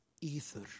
ether